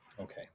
okay